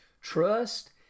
trust